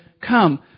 come